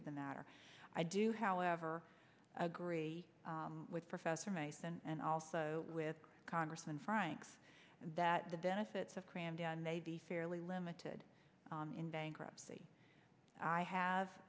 of the matter i do however agree with professor mason and also with congressman franks that the benefits of cramdown may be fairly limited in bankruptcy i have